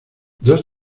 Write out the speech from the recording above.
dos